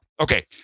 Okay